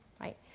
right